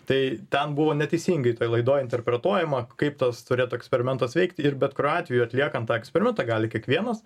tai ten buvo neteisingai toj laidoj interpretuojama kaip tas turėtų eksperimentas veikt ir bet kuriuo atveju atliekant tą eksperimentą gali kiekvienas